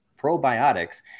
probiotics